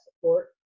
support